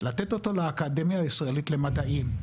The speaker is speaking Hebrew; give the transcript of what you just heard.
לאקדמיה הישראלית למדעים,